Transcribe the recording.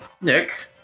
Nick